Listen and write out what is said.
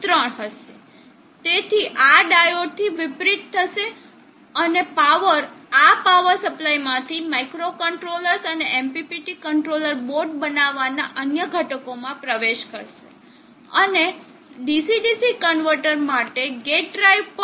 3 હશે તે આ ડાયોડથી વિપરીત થશે અને પાવર આ પાવર સપ્લાય માંથી માઇક્રોકન્ટ્રોલર્સ અને MPPT કંટ્રોલર બોર્ડ બનાવવાના અન્ય ઘટકોમાં પ્રવેશ કરશે અને DC DC કન્વર્ટર માટે ગેટ ડ્રાઇવ પણ